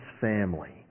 family